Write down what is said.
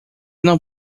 não